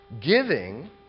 Giving